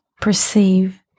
perceive